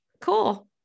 cool